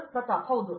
ಪ್ರತಾಪ್ ಹರಿದಾಸ್ ಹೌದು